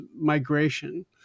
migration